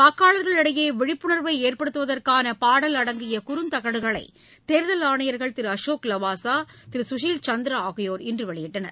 வாக்காளர்களிடையேவிழிப்புணர்வைஏற்படுத்துவதற்கானபாடல் தமிழகத்தில் அடங்கியகுறுந்தகடுகளைதேர்தல் ஆணையர்கள் திருஅசோக் லவாசா திருகஷீல் சந்திராஆகியோர் இன்றுவெளியிட்டனர்